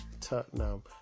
Tottenham